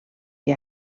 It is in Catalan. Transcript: que